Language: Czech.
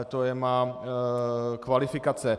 To je má kvalifikace.